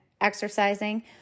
exercising